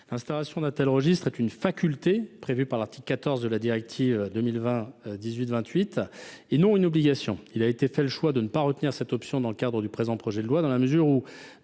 L’instauration d’un tel registre est une faculté prévue par l’article 14 de la directive 2020/1828 et non pas une obligation. Le choix a été fait de pas retenir cette option dans le cadre du présent projet de loi, dans la mesure où